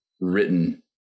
written